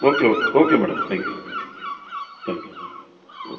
okay oh okay madam thank you thank you O